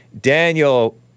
Daniel